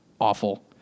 awful